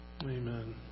Amen